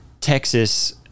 Texas